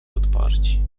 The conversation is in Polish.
odparci